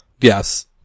Yes